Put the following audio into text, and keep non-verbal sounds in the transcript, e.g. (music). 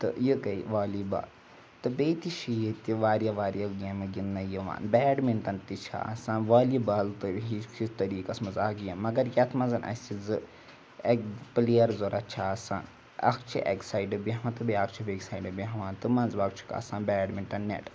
تہٕ یہِ گٔے والی بال تہٕ بیٚیہِ تہِ چھِ ییٚتہِ واریاہ واریاہ گیمہٕ گِنٛدنہٕ یِوان بیڈمِنٛٹَن تہِ چھِ آسان والی بال تہٕ (unintelligible) طریٖقَس منٛز اَکھ گیم مگر یَتھ منٛز اَسہِ زٕ پٕلیر ضوٚرَتھ چھِ آسان اَکھ چھِ اکہِ سایڈٕ بیٚہوان تہٕ بیٛاکھ چھُ بیٚیِکہِ سایڈٕ بیٚہوان تہٕ منٛزٕ باگ چھُکھ آسان بیڈمِنٛٹَن نٮ۪ٹ